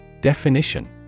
Definition